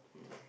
um